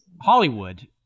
Hollywood